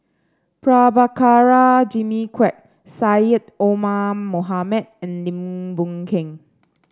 Prabhakara Jimmy Quek Syed Omar Mohamed and Lim Boon Keng